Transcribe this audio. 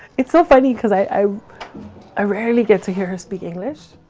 it's so funny cause i ah rarely get to hear her speak english,